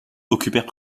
occupèrent